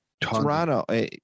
toronto